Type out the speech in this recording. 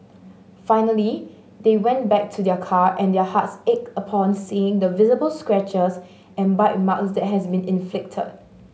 finally they went back to their car and their hearts ached upon seeing the visible scratches and bite marks that has been inflicted